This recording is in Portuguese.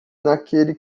naquele